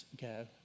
go